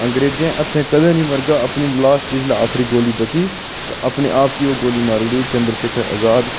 अंग्रेजे हत्थें कदें नेईं मरगा अपनी लास्ट जिसलै आखिरी गोली बची ते अपने आप गी ओह् गोली मारी ओड़ी चंद्र शेखर अजाद